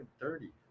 dirty